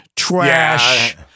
trash